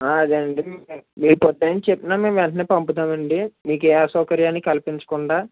అదే అండీ మీరు ఒ టైమ్ ఏమి చెప్పినా వెంటనే పంపుతామండి మీకు ఏ అసౌకర్యాన్ని కలిగించకుండా